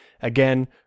Again